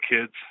kids